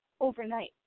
overnight